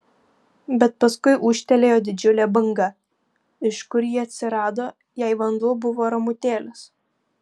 bet paskui ūžtelėjo didžiulė banga iš kur ji atsirado jei vanduo buvo ramutėlis